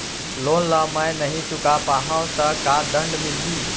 Loan ला मैं नही चुका पाहव त का दण्ड मिलही?